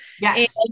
yes